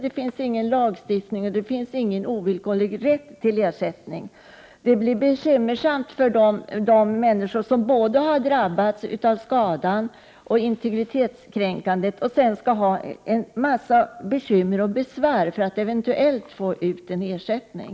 Det finns ingen lag, ingen ovillkorlig rätt till ersättning. Det blir bekymmersamt för de människor som drabbas av både skada och integritetskränkning och sedan får en massa besvär för att eventuellt få ut en ersättning.